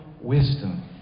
wisdom